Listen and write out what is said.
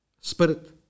spirit